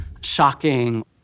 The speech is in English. shocking